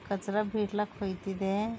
ಕಚ್ರ ಬೀಟ್ಲಾಕ ಹೊಯ್ತಿದ್ದೆ